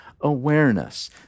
awareness